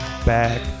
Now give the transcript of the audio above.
Back